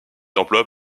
emploi